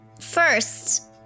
first